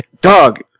dog